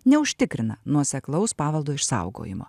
neužtikrina nuoseklaus paveldo išsaugojimo